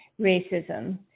racism